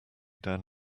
down